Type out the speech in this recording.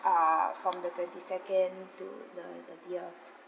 uh from the twenty second to the thirtieth